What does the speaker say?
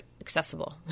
accessible